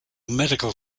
medical